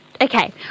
Okay